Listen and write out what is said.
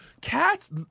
cats